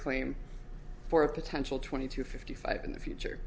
claim for a potential twenty to fifty five in the future